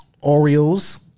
orioles